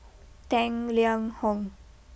Tang Liang Hong